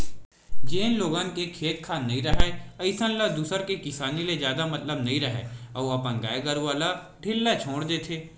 जेन लोगन के खेत खार नइ राहय अइसन ल दूसर के किसानी ले जादा मतलब नइ राहय अउ अपन गाय गरूवा ल ढ़िल्ला छोर देथे